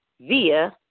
via